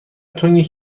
تنگ